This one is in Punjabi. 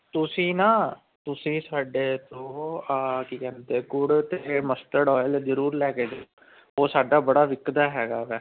ਤੁਸੀਂ ਨਾ ਤੁਸੀਂ ਸਾਡੇ ਤੋਂ ਆ ਕੀ ਕਹਿੰਦੇ ਗੁੜ ਅਤੇ ਇਹ ਮਸਟਰਡ ਆਇਲ ਜ਼ਰੂਰ ਲੈ ਕੇ ਉਹ ਸਾਡਾ ਬੜਾ ਵਿਕਦਾ ਹੈਗਾ ਹੈ